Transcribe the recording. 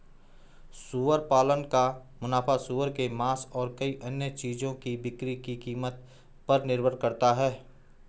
सुअर पालन का मुनाफा सूअर के मांस और कई अन्य चीजों की बिक्री की कीमत पर निर्भर करता है